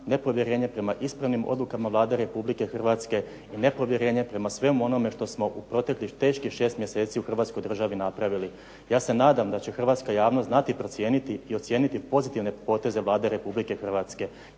nepovjerenje prema ispravnim odlukama Vlade Republike Hrvatske i nepovjerenje prema svemu onome što smo u proteklih teških šest mjeseci u Hrvatskoj državi napravi. Ja se nadam da će hrvatska javnost znati procijeniti i ocijeniti pozitivne poteze Vlade Republike Hrvatske,